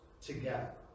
together